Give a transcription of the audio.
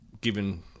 given